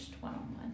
one-on-one